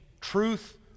truth